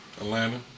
Atlanta